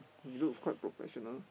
he looks quite professional